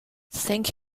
thank